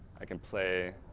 i can play,